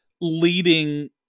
leading